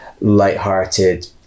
lighthearted